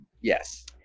Yes